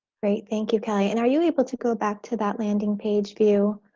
great. thank you kelly. and are you able to go back to that landing page view?